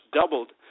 doubled